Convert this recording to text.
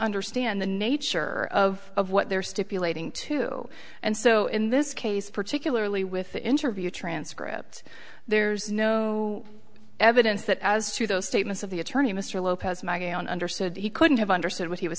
understand the nature of what they're stipulating to and so in this case particularly with the interview transcript there's no evidence that as to those statements of the attorney mr lopez my going on understood he couldn't have understood what he was